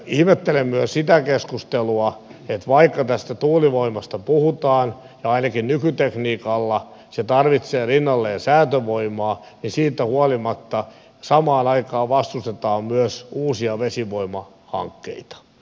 ihmettelen myös sitä keskustelua että vaikka tästä tuulivoimasta puhutaan ja ainakin nykytekniikalla se tarvitsee rinnalleen säätövoimaa siitä huolimatta samaan aikaan vastustetaan myös uusia vesivoimahankkeita